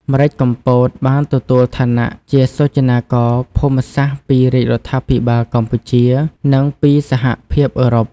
ម្រេចកំពត បានទទួលឋានៈជាសុចនាករភូមិសាស្រ្តពីរាជរដ្ឋាភិបាលកម្ពុជា និងពីសហភាពអឺរ៉ុប។